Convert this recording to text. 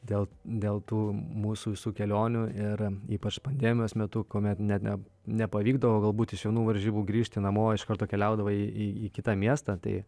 dėl dėl tų mūsų visų kelionių ir ypač pandemijos metu kuomet ne nepavykdavo galbūt iš vienų varžybų grįžti namo iš karto keliaudavai į į kitą miestą tai